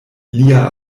lia